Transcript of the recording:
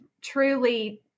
truly